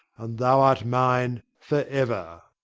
and thou art mine forever.